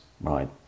Right